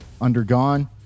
undergone